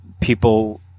people